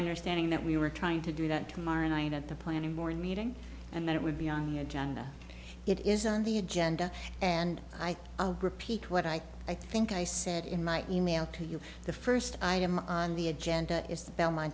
understanding that we were trying to do that tomorrow night at the planning more meeting and that it would be on the agenda it is on the agenda and i repeat what i i think i said in my email to you the first item on the agenda is